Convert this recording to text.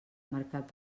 mercat